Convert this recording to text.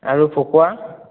আৰু ভকুৱা